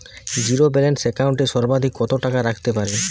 Zero balance account এ সর্বাধিক কত টাকা রাখতে পারি?